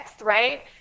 right